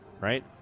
right